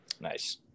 Nice